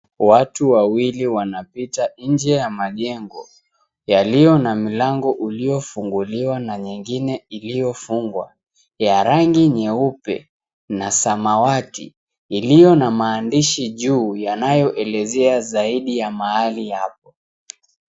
Watu wawili wanapita nje ya majengo yaliyo na mlango iliyofunguliwa na nyingine iliyofungwa ya rangi nyeupe na samawati, iliyo na maandishi juu yanayoelezea zaidi ya mahali hapo.